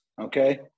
Okay